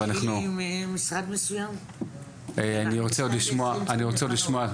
אני רוצה עוד לשמוע.